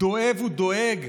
דואב ודואג